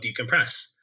decompress